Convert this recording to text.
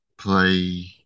play